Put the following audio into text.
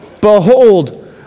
behold